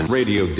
radio